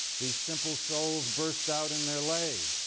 these simple souls burst out in their way,